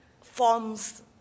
forms